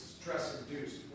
stress-induced